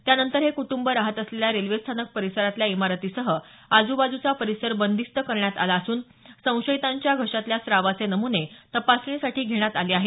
त्यानंतर हे कुटुंब राहात असलेल्या रेल्वे स्थानक परिसरातल्या इमारतीसह आजूबाजूचा परिसर बंदिस्त करण्यात आला असून संशयितांचे घशातल्या स्रावाचे नमूने तपासणीसाठी घेण्यात आले आहेत